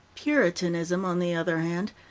puritanism, on the other hand,